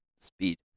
speed